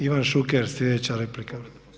Ivan Šuker sljedeća replika.